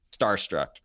starstruck